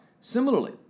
Similarly